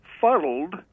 fuddled